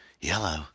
Yellow